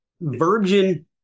virgin